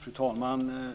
Fru talman!